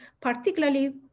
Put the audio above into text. particularly